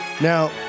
Now